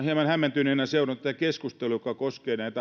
hieman hämmentyneenä seurannut tätä keskustelua joka koskee